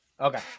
Okay